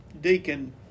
Deacon